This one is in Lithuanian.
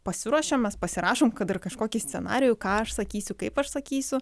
pasiruošiam mes pasirašom kad dar kažkokį scenarijų ką aš sakysiu kaip aš sakysiu